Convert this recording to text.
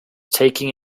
taking